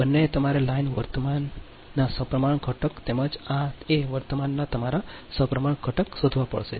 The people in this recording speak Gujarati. બંનેએ તમારે લાઇન વર્તમાનના સપ્રમાણ ઘટક તેમજ આ એ વર્તમાનના તમારા સપ્રમાણ ઘટક શોધવા પડશે